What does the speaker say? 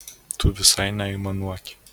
tu visai neaimanuoki